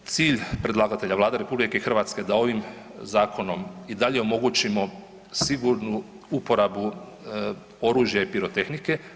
Evo cilj predlagatelja Vlade RH da ovim zakonom i dalje omogućimo sigurnu uporabu oružja i pirotehnike.